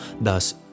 Thus